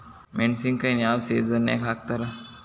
ಮೆಣಸಿನಕಾಯಿನ ಯಾವ ಸೇಸನ್ ನಾಗ್ ಹಾಕ್ತಾರ?